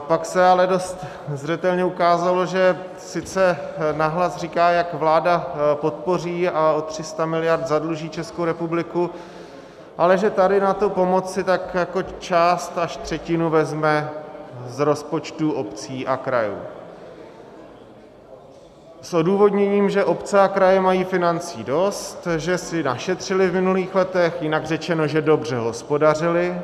Pak se ale dost zřetelně ukázalo, že sice nahlas říká, jak vláda podpoří a o 300 miliard zadluží Českou republiku, ale že tady na tu pomoc si tak jako část, až třetinu, vezme z rozpočtů obcí a krajů s odůvodněním, že obce a kraje mají financí dost, že si našetřily v minulých letech, jinak řečeno, že dobře hospodařily.